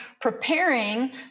Preparing